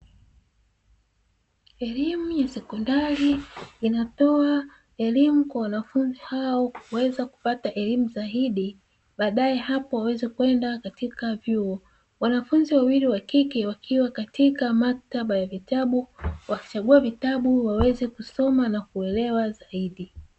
Elimu ya sekondari inatoa elimu kwa wanafunzi hao kuweza kupata elimu zaidi baadae hapo waweze kwenda katika vyuo, wanafunzi wawili wa kike wakiwa katika maktaba ya vitabu wakichagua vitabu waweze kusoma na kuelewa zaidi.